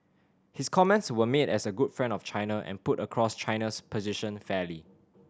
his comments were made as a good friend of China and put across China's position fairly